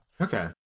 Okay